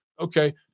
Okay